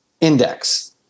index